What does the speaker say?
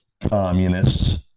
communists